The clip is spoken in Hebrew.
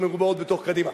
המרובעות בתוך קדימה,